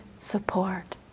support